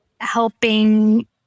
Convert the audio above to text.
helping